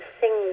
sing